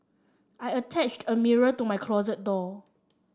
I attached a mirror to my closet door